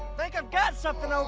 like i've got something over